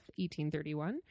1831